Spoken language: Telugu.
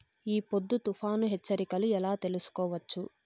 ఈ పొద్దు తుఫాను హెచ్చరికలు ఎలా తెలుసుకోవచ్చు?